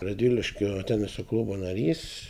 radviliškio teniso klubo narys